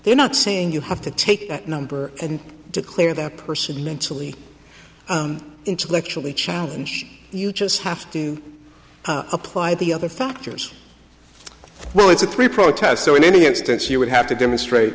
they're not saying you have to take that number and declare that person mentally intellectually challenge you just have to apply the other factors well it's a three protests so in any instance you would have to demonstrate